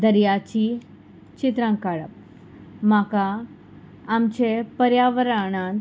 दर्याची चित्रां काडप म्हाका आमचे पर्यावरणांत